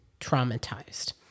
traumatized